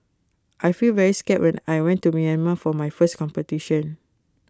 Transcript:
I felt very scared when I went to Myanmar for my first competition